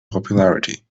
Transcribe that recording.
popularity